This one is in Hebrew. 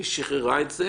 והיא שחררה את זה